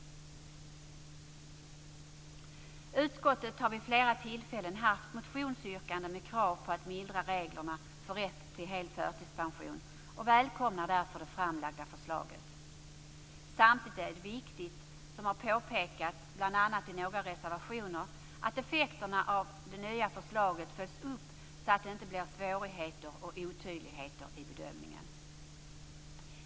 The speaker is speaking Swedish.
Utskottet har vid flera tillfällen behandlat motionsyrkanden med krav på att reglerna för rätt till hel förtidspension mildras och välkomnar därför det framlagda förslaget. Samtidigt är det viktigt, som har påpekats bl.a. i några reservationer, att effekterna av det nya förslaget följs upp så att det inte blir svårigheter eller otydligheter i bedömningen.